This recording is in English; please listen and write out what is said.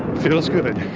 feels good